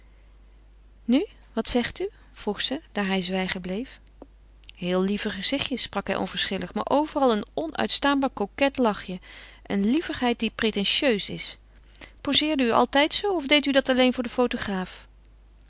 nu wat zegt u vroeg ze daar hij zwijgen bleef heel lieve gezichtjes sprak hij onverschillig maar overal een onuitstaanbaar coquet lachje een lievigheid die pretentieus is poseerde u altijd zoo of deed u dat alleen voor den fotograaf